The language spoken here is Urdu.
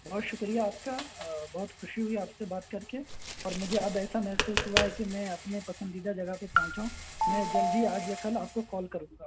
بہت شکریہ آپ کا بہت خوشی ہوئی آپ سے بات کر کے اور مجھے اب ایسا محسوس ہوا ہے کہ میں اپنے پسندیدہ جگہ پہ پہنچا ہوں میں جلد ہی آج یا کل آپ کو کال کروں گا